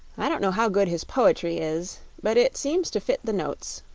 i don't know how good his poetry is, but it seems to fit the notes,